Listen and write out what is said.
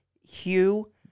Hugh